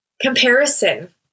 comparison